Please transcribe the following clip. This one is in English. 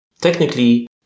technically